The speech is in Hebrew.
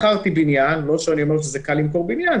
מכרתי בניין לא שאני אומר שזה קל למכור בניין,